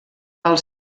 els